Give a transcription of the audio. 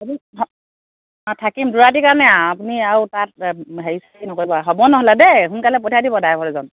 অ' থাকিম দুই ৰাতি কাৰণে আ আপুনি আৰু তাত হেৰি চেৰি নকৰিব আৰু হ'ব নহ'লে দেই সোনকালে পঠিয়াই দিব ড্ৰাইভাৰজন